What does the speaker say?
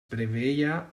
preveia